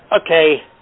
Okay